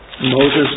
Moses